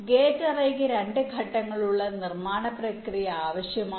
gate അറേയ്ക്ക് രണ്ട് ഘട്ടങ്ങളുള്ള നിർമ്മാണ പ്രക്രിയ ആവശ്യമാണ്